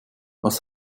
was